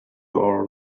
our